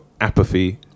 apathy